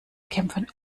kämpfen